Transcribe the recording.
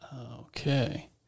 Okay